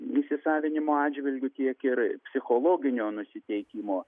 įsisavinimo atžvilgiu tiek ir psichologinio nusiteikimo